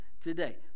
today